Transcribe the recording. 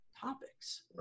topics